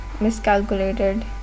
miscalculated